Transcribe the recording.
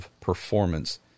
performance